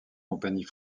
compagnies